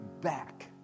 back